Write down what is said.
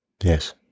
Yes